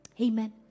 Amen